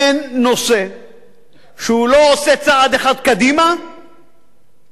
אין נושא שהוא לא עושה בו צעד אחד קדימה, מתבלבל,